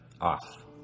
off